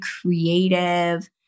creative